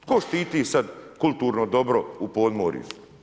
Tko štiti sada kulturno dobro u podmorju?